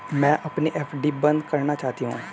मैं अपनी एफ.डी बंद करना चाहती हूँ